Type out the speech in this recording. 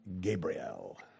Gabriel